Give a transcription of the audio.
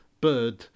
bird